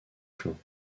flancs